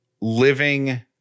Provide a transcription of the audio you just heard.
living